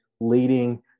leading